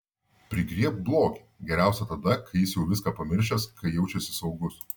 prigriebk blogį geriausia tada kai jis jau viską pamiršęs kai jaučiasi saugus